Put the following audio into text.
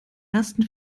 ersten